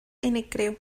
unigryw